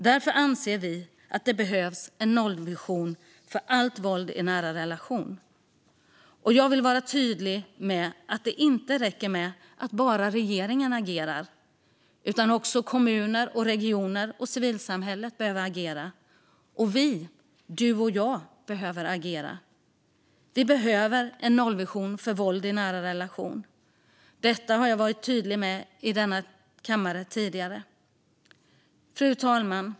Därför anser vi att det behövs en nollvision för allt våld i nära relation. Jag vill vara tydlig med att det inte räcker med att bara regeringen agerar. Också kommuner, regioner och civilsamhälle behöver agera. Och vi alla, du och jag, behöver agera. Vi behöver en nollvision för våld i nära relation. Det har jag varit tydlig med i kammaren tidigare. Fru talman!